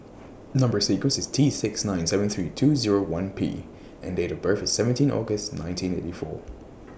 Number sequence IS T six nine seven three two Zero one P and Date of birth IS seventeen August nineteen eighty four